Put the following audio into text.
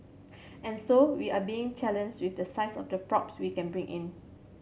and so we are been challenges with the size of the props we can bring in